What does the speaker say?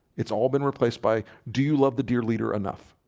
it's all been replaced by do you love the dear leader enough?